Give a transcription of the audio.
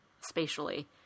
spatially